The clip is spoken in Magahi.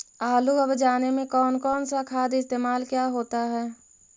आलू अब जाने में कौन कौन सा खाद इस्तेमाल क्या जाता है?